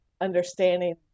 understanding